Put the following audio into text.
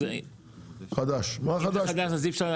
אם זה חדש,